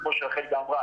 כמו שרחלי גם אמרה,